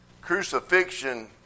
crucifixion